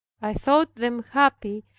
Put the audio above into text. i thought them happy,